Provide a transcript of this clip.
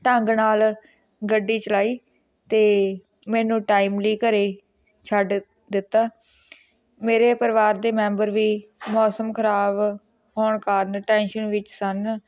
ਢੰਗ ਨਾਲ ਗੱਡੀ ਚਲਾਈ ਅਤੇ ਮੈਨੂੰ ਟਾਈਮਲੀ ਘਰ ਛੱਡ ਦਿੱਤਾ ਮੇਰੇ ਪਰਿਵਾਰ ਦੇ ਮੈਂਬਰ ਵੀ ਮੌਸਮ ਖ਼ਰਾਬ ਹੋਣ ਕਾਰਨ ਟੈਂਸ਼ਨ ਵਿੱਚ ਸਨ